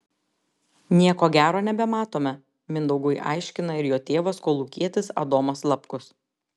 nieko gero nebematome mindaugui aiškina ir jo tėvas kolūkietis adomas lapkus